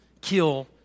kill